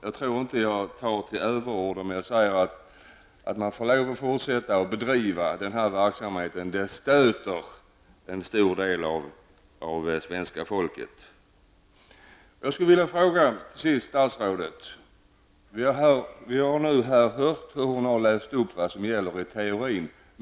Jag tror inte att jag tar till överord om jag säger att det stöter en stor del av svenska folket att den här verksamheten tillåts fortsätta. Jag skulle till sist vilja ställa en fråga till statsrådet. Vi har nu hört statsrådet läsa upp vad som gäller i teorin.